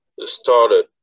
started